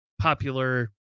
popular